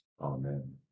Amen